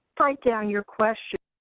write down your questions.